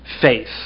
faith